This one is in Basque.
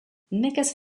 nekez